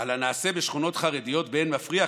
על הנעשה בשכונות חרדיות באין מפריע,